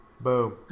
Boom